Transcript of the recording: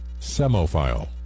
Semophile